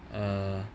err